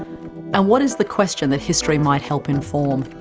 and what is the question that history might help inform?